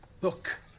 Look